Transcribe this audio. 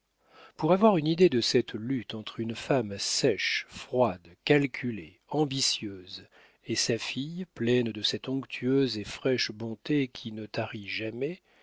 pour avoir une idée de cette lutte entre une femme sèche froide calculée ambitieuse et sa fille pleine de cette onctueuse et fraîche bonté qui ne tarit jamais